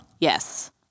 Yes